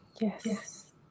Yes